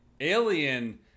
alien